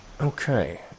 Okay